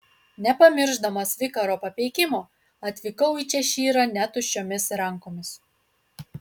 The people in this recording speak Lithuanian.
nepamiršdamas vikaro papeikimo atvykau į češyrą ne tuščiomis rankomis